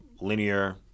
linear